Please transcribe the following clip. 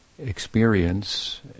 Experience